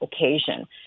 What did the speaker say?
occasion